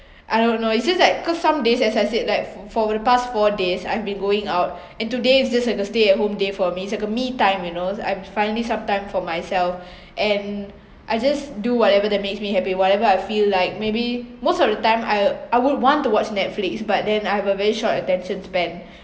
I don't know it's just like cause some days as I said like for the past four days I've been going out and today's just like a stay at home day for me it's a me time you know I'm finding some time for myself and I just do whatever that makes me happy whatever I feel like maybe most of the time I I would want to watch Netflix but then I've a very short attention span